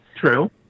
True